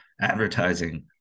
advertising